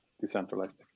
decentralized